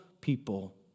people